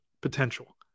potential